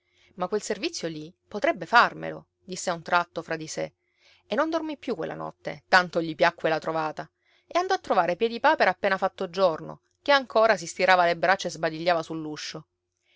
ma quel servizio lì potrebbe farmelo disse a un tratto fra di sé e non dormì più quella notte tanto gli piacque la trovata e andò a trovare piedipapera appena fatto giorno che ancora si stirava le braccia e sbadigliava sull'uscio